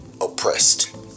oppressed